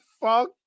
fuck